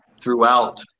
throughout